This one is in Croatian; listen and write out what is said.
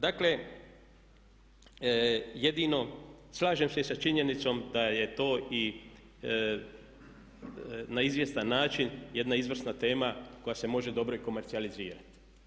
Dakle, jedino, slažem se i sa činjenicom da je to i na izvjestan način jedna izvrsna tema koja se može dobro i komercijalizirati.